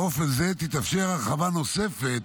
באופן זה תתאפשר הרחבה נוספת